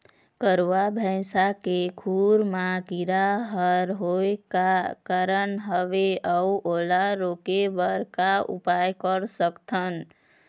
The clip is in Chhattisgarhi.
गरवा भैंसा के खुर मा कीरा हर होय का कारण हवए अऊ ओला रोके बर का उपाय कर सकथन?